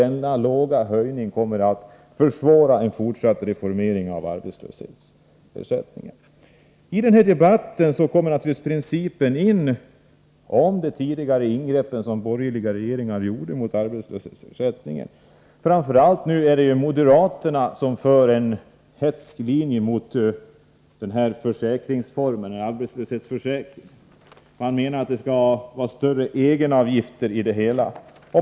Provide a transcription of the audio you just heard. Denna lilla höjning kommer att försvåra fortsatt reformering av arbetslöshetsersättningen. I den här debatten kommer man naturligtvis in på principerna i fråga om de ingrepp som tidigare borgerliga regeringar gjorde mot arbetslöshetsersättningen. Framför allt är det moderaterna som följer en hätsk linje när det gäller arbetslöshetsförsäkringen. Man menar att det skall vara större egenavgifter i det hela.